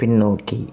பின்னோக்கி